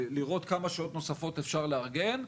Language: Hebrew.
לראות כמה שעות נוספות אפשר לארגן,